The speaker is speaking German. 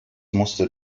musste